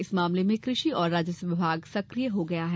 इस मामले में कृषि और राजस्व विभाग सक्रिय हो गया है